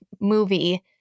movie